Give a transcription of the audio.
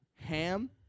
ham